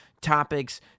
topics